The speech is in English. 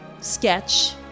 sketch